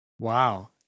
Wow